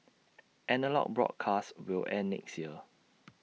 analogue broadcasts will end next year